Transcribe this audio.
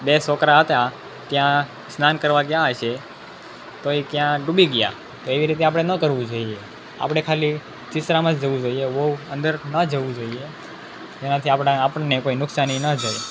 બે છોકરા હતા ત્યાં સ્નાન કરવા ગયા હશે તો એ ત્યાં ડૂબી ગયા એવી રીતે આપણે ન કરવું જોઈએ આપણે ખાલી છીછરામાં જ જવું જોઈએ બહુ અંદર ન જવું જોઈએ એનાથી આપણને કોઈ નુકસાની ના જાય